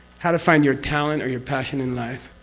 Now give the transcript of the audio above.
how to find your talent or your passion in life.